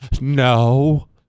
no